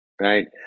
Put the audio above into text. right